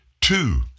two